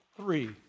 three